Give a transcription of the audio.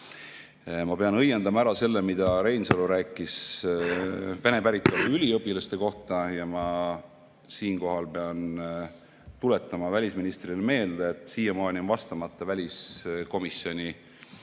Ma pean õiendama ära selle, mida Reinsalu rääkis Vene päritolu üliõpilaste kohta. Ma siinkohal pean tuletama välisministrile meelde, et siiamaani on vastamata väliskomisjoni